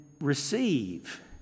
receive